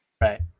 Right